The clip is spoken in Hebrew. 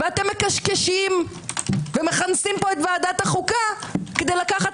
ואתם מקשקשים ומכנסים פה את ועדת החוקה כדי לקחת